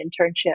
internship